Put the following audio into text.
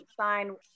sign